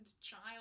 child